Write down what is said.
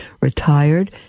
retired